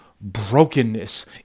brokenness